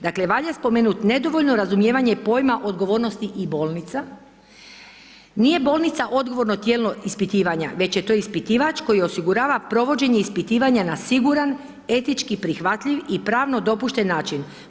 Dakle, valja spomenut nedovoljno razumijevanje pojma odgovornosti i bolnica, nije bolnica odgovorno tijelo ispitivanja već je to ispitivač koji osigurava provođenje ispitivanja na siguran, etički prihvatljiv i pravno dopušten način.